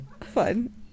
fun